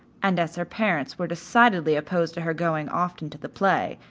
and as her parent were decidedly opposed to her going often to the play,